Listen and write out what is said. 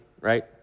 right